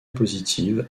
positive